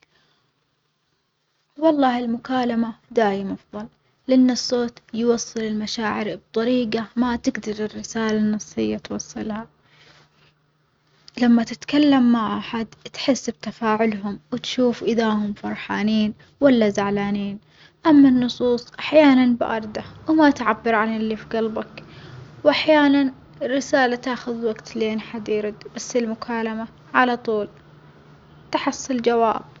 والله المكالمة دايم أفظل لأن الصوت يوصل المشاعر بطريجة ما تجدر الرسالة النصية توصلها، لما تتكل مع أحد تحس بتفاعلهم وتشوف إذا هم فرحانين ولا زعلانين، أما النصوص أحيانًا باردة وما تعبر عن اللي في جلبك، وأحيانًا الرسالة تاخذ وجت لين حد يرد بس المكالمة على طول تحصل جواب.